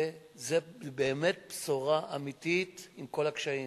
וזו באמת בשורה אמיתית, עם כל הקשיים.